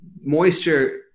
moisture